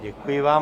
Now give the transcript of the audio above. Děkuji vám.